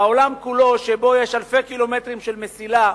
בעולם כולו, שבו יש אלפי קילומטרים של מסילה,